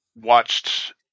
watched